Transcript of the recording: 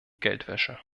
geldwäsche